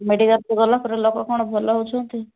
ମେଡ଼ିକାଲ୍କୁ ଗଲା ପରେ ଲୋକ କ'ଣ ଭଲ ହେଉଛନ୍ତି